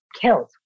killed